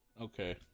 okay